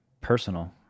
personal